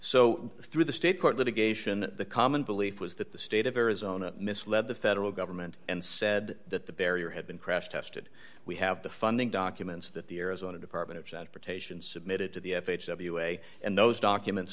so through the state court litigation the common belief was that the state of arizona misled the federal government and said that the barrier had been crash tested we have the funding documents that the arizona department of transportation submitted to the f h w a and those documents